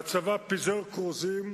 והצבא פיזר כרוזים,